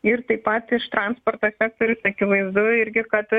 ir taip pat iš transporto sektoriaus akivaizdu irgi kad